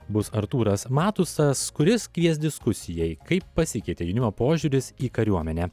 bus artūras matusas kuris kvies diskusijai kaip pasikeitė jaunimo požiūris į kariuomenę